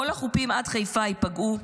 כל החופים עד חיפה ייפגעו,